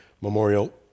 Memorial